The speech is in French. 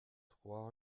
trois